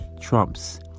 trumps